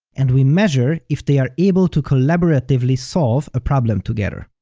and we measure if they are able to collaboratively solve a problem together.